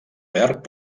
verd